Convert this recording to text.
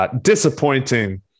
disappointing